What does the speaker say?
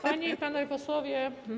Panie i Panowie Posłowie!